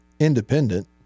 Independent